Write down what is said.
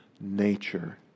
nature